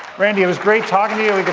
randy, it was great talking to you.